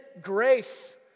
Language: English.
grace